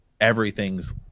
everything's